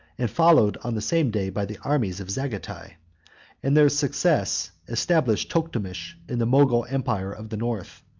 and followed on the same day by the armies of zagatai and their success established toctamish in the mogul empire of the north.